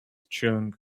chilling